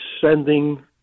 sending